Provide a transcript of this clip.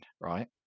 right